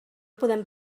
podem